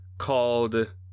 called